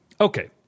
Okay